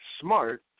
smart